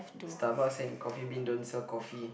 Starbucks and Coffee Bean don't sell coffee